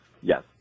Yes